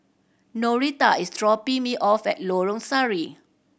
Noreta is dropping me off at Lorong Sari